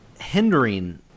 hindering